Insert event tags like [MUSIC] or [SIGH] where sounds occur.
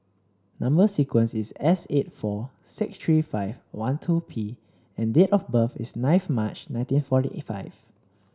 number sequence is S eight four six three five one two P and date of birth is ninth March nineteen forty [UNINTELLIGIBLE] five